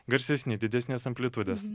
garsesni didesnės amplitudės